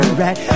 right